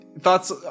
Thoughts